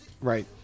Right